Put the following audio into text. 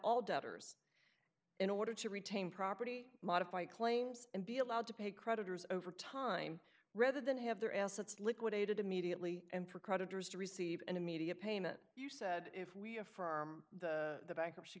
all debtors in order to retain property modify claims and be allowed to pay creditors over time rather than have their assets liquidated immediately and for creditors to receive an immediate payment you said if we are for the bankruptcy